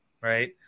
right